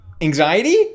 anxiety